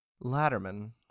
Latterman